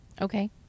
okay